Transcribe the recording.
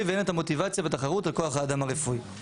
והן את המוטיבציה והתחרות על כוח האדם הרפואי".